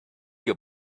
you